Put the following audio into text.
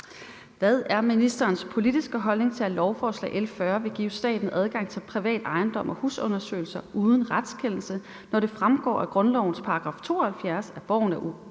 Hvad er ministerens politiske holdning til, at lovforslag nr. L 40 vil give staten adgang til privat ejendom og husundersøgelser uden retskendelse, når det fremgår af grundlovens § 72, at »Boligen